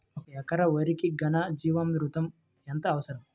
ఒక ఎకరా వరికి ఘన జీవామృతం ఎంత అవసరం?